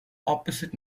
opposite